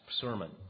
sermon